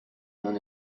mon